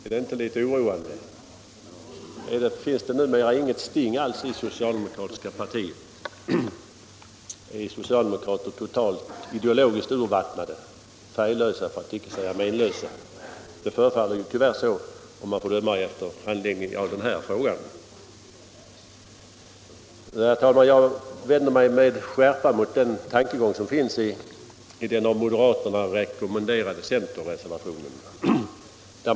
Är det intet litet oroande? Finns det numera inget sting alls i det socialdemokratiska partiet? Är socialdemokraterna totalt ideologiskt urvattnade, färglösa, ja menlösa? Det förefaller tyvärr så, om man får döma efter handläggningen av den här frågan. Herr talman! Jag vänder mig med skärpa mot den tankegång som finns i den av moderaterna rekommenderade centerreservationen.